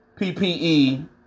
PPE